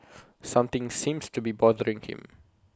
something seems to be bothering him